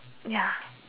ya